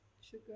Sugar